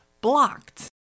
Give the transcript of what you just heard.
blocked